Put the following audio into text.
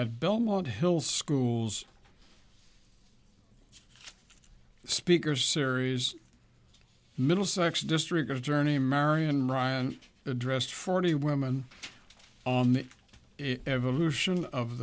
belmont hill schools speaker series middlesex district attorney marian ryan addressed forty women on the evolution of